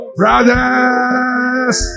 brothers